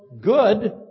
good